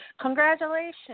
congratulations